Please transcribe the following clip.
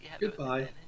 Goodbye